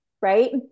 Right